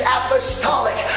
apostolic